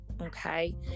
okay